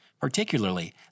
particularly